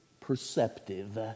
perceptive